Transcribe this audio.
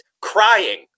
crying